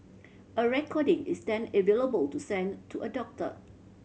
a recording is then available to send to a doctor